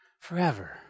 forever